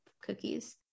cookies